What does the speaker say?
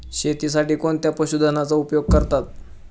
शेतीसाठी कोणत्या पशुधनाचा उपयोग करतात?